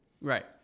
Right